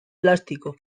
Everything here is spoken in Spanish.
plástico